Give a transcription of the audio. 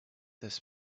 this